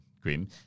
grim